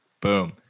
Boom